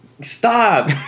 Stop